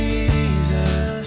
Jesus